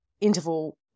interval